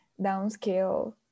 downscale